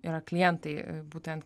yra klientai būtent